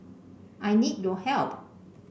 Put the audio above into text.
I need your help